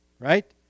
right